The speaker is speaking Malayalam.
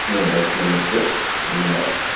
മൂലം നമുക്ക് നമ്മുടെ